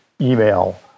email